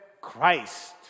Christ